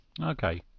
Okay